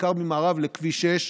בעיקר ממערב לכביש שש